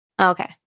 Okay